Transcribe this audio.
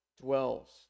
dwells